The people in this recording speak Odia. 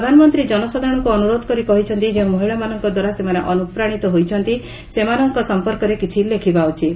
ପ୍ରଧାନମନ୍ତ୍ରୀ ଜନସାଧାରଣଙ୍କୁ ଅନୁରୋଧ କରି କହିଛନ୍ତି ଯେଉଁ ମହିଳାମାନଙ୍କଦ୍ୱାରା ସେମାନେ ଅନୁପ୍ରାଶିତ ହୋଇଛନ୍ତି ସେମାନଙ୍କ ସମ୍ପର୍କରେ କିଛି ଲେଖିବା ଉଚିତ